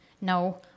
No